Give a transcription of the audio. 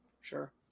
Sure